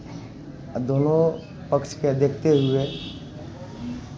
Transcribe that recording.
दुनू पक्षकेँ देखते हुए